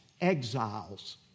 exiles